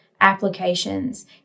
applications